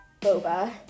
Boba